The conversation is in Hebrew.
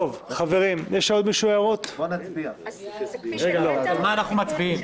על מה אנחנו מצביעים?